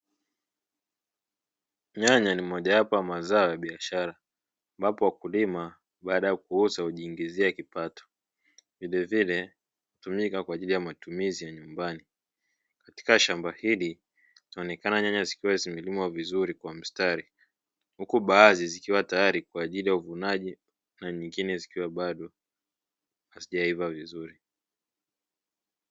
Nyanya ni moja wapo ya mazao ya biashara ambapo wakulima baada ya kuuza hujiingizia kipato, vilevile hutumika kwa ajili ya matumizi ya nyumbani, katika shamba hili ikionekana nyanya zikiwa zimelimwa vizuri kwa mstari; huku baadhi zikiwa tayari kwa ajili ya uvunaji na nyingine zikiwa bado haijaiva vizuri.